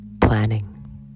planning